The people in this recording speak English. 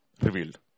revealed